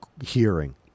hearing